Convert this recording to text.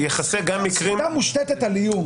תכסה גם מקרים --- סחיטה מושתתת על איום.